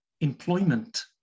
employment